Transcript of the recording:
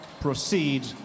proceed